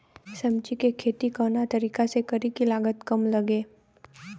सब्जी के खेती कवना तरीका से करी की लागत काम लगे?